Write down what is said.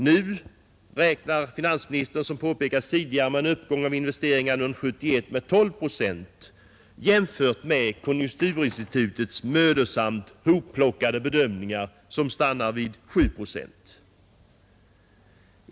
Nu räknar finansministern, som påpekats tidigare, med en uppgång av investeringarna under 1971 med 12 procent jämfört med konjunkturinstitutets mödosamt hopplockade bedömningar, som stannar vid 7 procent.